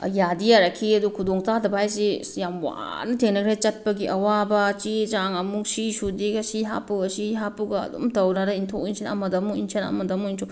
ꯌꯥꯗꯤ ꯌꯥꯔꯛꯈꯤꯌꯦ ꯑꯗꯣ ꯈꯨꯗꯣꯡ ꯆꯥꯗꯕ ꯍꯥꯏꯁꯦ ꯑꯁ ꯌꯥꯝ ꯋꯥꯅ ꯊꯦꯡꯅꯈ꯭ꯔꯦ ꯆꯠꯄꯒꯤ ꯑꯋꯥꯕ ꯆꯦꯆꯥꯡ ꯑꯃꯨꯛ ꯁꯤ ꯁꯨꯗꯦꯒ ꯁꯤ ꯍꯥꯞꯄꯨꯒ ꯁꯤ ꯍꯥꯞꯄꯨꯒ ꯑꯗꯨꯝ ꯇꯧꯗꯅ ꯏꯟꯊꯣꯛ ꯏꯟꯁꯤꯟ ꯑꯃꯗꯃꯨꯛ ꯏꯟꯁꯤꯟ ꯑꯃꯗꯃꯨꯛ ꯏꯟꯁꯤꯟ